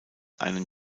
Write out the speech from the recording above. einen